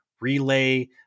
relay